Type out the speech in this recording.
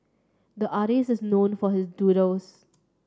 the artist is known for his doodles